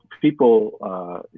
people